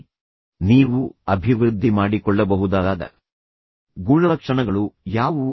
ಮತ್ತು ನಿಮಗೆ ತಿಳಿದಿಲ್ಲದಿದ್ದರೆ ನೀವು ಅಭಿವೃದ್ಧಿ ಮಾಡಕೊಳ್ಳಬಹುದಾದ ಗುಣಲಕ್ಷಣಗಳು ಯಾವುವು